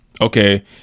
Okay